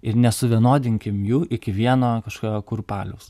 ir nesuvienodinkim jų iki vieno kažkokio kurpaliaus